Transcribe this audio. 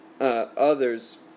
others